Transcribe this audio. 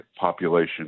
population